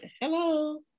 hello